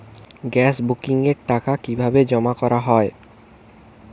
Gas বুকিংয়ের টাকা কিভাবে জমা করা হয়?